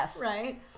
Right